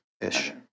ish